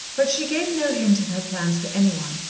but she gave no hint of her plans to any one,